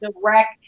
direct